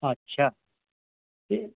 अच्छा ये